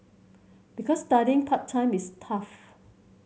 because studying part time is tough